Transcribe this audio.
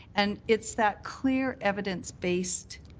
and it's that clear evidence-based